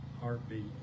heartbeat